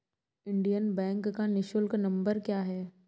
Indian Bank का निःशुल्क number क्या है?